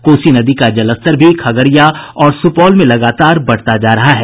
कोसी नदी का जलस्तर भी खगड़िया और सुपौल में लगातार बढ़ता जा रहा है